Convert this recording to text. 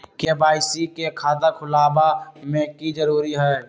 KYC के खाता खुलवा में की जरूरी होई?